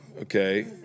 Okay